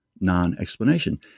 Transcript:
non-explanation